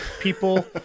people